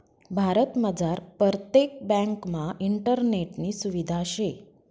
भारतमझार परतेक ब्यांकमा इंटरनेटनी सुविधा शे